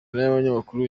n’abanyamakuru